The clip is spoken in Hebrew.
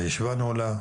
הישיבה נעולה.